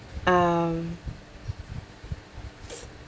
um